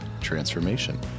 Transformation